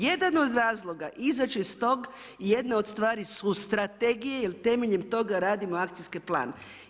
Jedan od razloga je izaći iz tog jedne od stvari su strategije jer temeljem toga radimo akcijski plan.